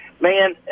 man